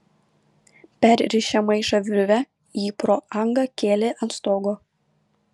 perrišę maišą virve jį pro angą kėlė ant stogo